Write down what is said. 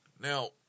Now